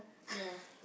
ya